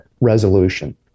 resolution